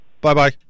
Bye-bye